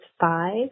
five